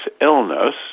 illness